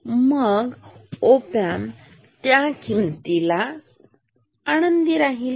आणि मग ओपॅम्प त्या किमतीला आनंदी राहील